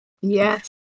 Yes